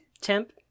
temp